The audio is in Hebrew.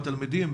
התלמידים,